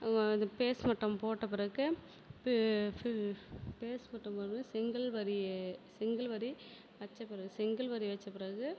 இது பேஸ்மட்டம் போட்ட பிறகு பேஸ்மட்டம் போட்ட பிறகு செங்கல்வரி செங்கல்வரி வச்ச பிறகு செங்கல்வரி வச்ச பிறகு